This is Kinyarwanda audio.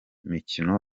mikino